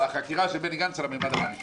החקירה שלו על זה.